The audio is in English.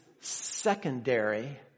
secondary